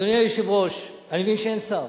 אדוני היושב-ראש, אני מבין שאין שר.